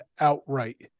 outright